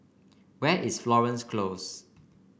where is Florence Close